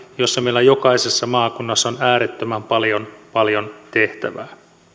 jossa jokaisessa maakunnassa on äärettömän paljon paljon tehtävää